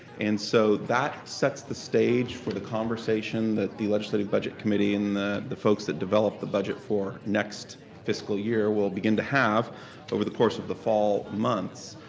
and so that sets the stage for the conversation that the legislative budget committee and the the folks that develop the budget for next fiscal year will begin to have over the course of the fall months.